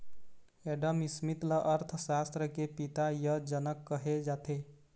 Adam Smith ल अर्थसास्त्र के पिता य जनक कहे जाथे